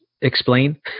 explain